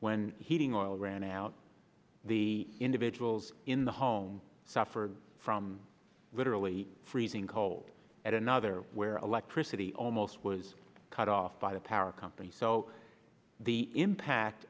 when heating oil ran out the individuals in the home suffered from literally freezing cold at another where electricity almost was cut off by the power company so the impact